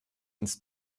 ins